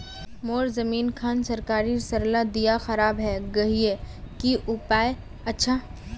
मोर जमीन खान सरकारी सरला दीया खराब है गहिये की उपाय अच्छा?